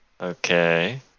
Okay